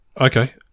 Okay